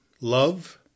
love